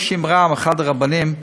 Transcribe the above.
יש אמרה מאחד הרבנים,